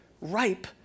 Ripe